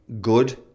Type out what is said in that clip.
good